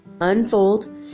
unfold